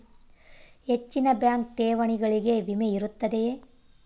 ಹೆಚ್ಚಿನ ಬ್ಯಾಂಕ್ ಠೇವಣಿಗಳಿಗೆ ವಿಮೆ ಇರುತ್ತದೆಯೆ?